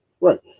Right